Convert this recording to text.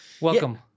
Welcome